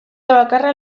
bakarra